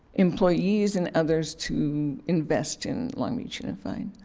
employees and others to invest in long beach unified.